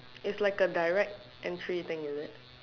it's like a direct entry thing is it